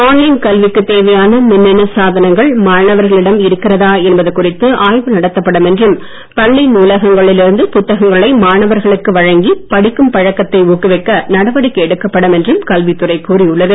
online கல்விக்குத் தேவையான மின்னணு சாதனங்கள் மாணவர்களிடம் இருக்கிறதா என்பது குறித்து ஆய்வு நடத்தப்படும் என்றும் பள்ளி நூலகங்களில் இருந்து புத்தகங்களை மாணவர்களுக்கு வழங்கி படிக்கும் பழக்கத்தை ஊக்குவிக்க நடவடிக்கை எடுக்கப்படும் என்றும் கல்வித் துறை கூறியுள்ளது